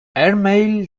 airmail